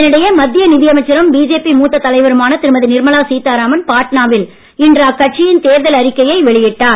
இதனிடையே மத்திய நிதியமைச்சரும் பிஜேபி மூத்த தலைவருமான திருமதி நிர்மலா சீதாராமன் பாட்னாவில் இன்று அக்கட்சியின் தேர்தல் அறிக்கையை வெளியிட்டார்